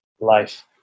life